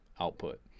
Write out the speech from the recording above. output